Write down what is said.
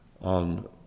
on